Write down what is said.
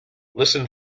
listen